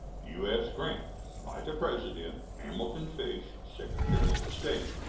u s. grant. by the president hamilton fish, secretary of state.